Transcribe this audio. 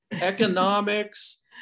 economics